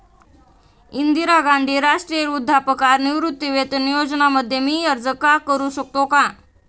इंदिरा गांधी राष्ट्रीय वृद्धापकाळ निवृत्तीवेतन योजना मध्ये मी अर्ज का करू शकतो का?